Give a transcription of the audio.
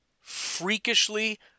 freakishly